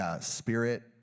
spirit